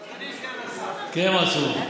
אדוני סגן השר, כן, מנסור.